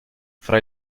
fra